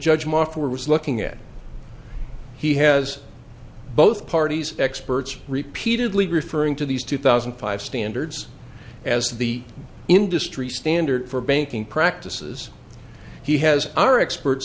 judge mof were was looking at he has both parties experts repeatedly referring to these two thousand and five standards as the industry standard for banking practices he has our experts